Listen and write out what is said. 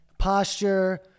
posture